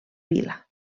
vila